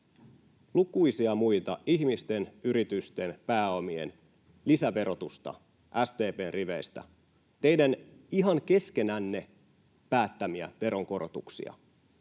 lukuisia muita, ihmisten, yritysten, pääomien lisäverotusta SDP:n riveistä — teidän ihan keskenänne päättämiä veronkorotuksia,